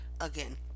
again